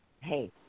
hey